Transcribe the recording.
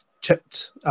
chipped